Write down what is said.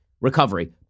recovery